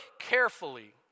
carefully